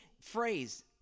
phrase